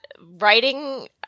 writing